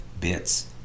bits